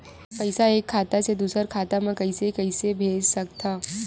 पईसा एक खाता से दुसर खाता मा कइसे कैसे भेज सकथव?